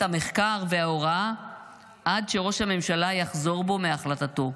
המחקר וההוראה עד שראש הממשלה יחזור בו מהחלטתו,